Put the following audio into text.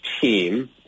team